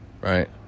Right